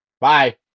bye